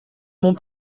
mon